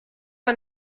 man